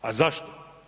A zašto?